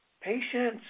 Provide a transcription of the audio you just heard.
Patience